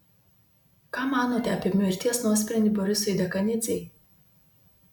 ką manote apie mirties nuosprendį borisui dekanidzei